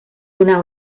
donar